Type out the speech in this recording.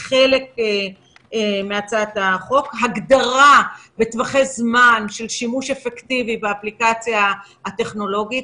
בהצעת החוק טווח זמן לשימוש אפקטיבי באפליקציה הטכנולוגית,